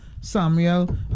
Samuel